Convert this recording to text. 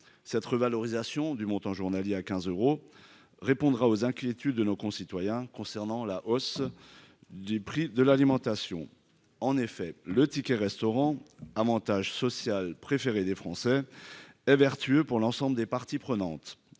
cette revalorisation du montant journalier à quinze euros répondra aux inquiétudes de nos concitoyens concernant la hausse du prix de l'alimentation, en effet, le ticket restaurant Avantage social préféré des Français est vertueux pour l'ensemble des parties prenantes